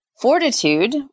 Fortitude